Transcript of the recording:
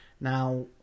Now